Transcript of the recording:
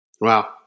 Wow